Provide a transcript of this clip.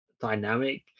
dynamic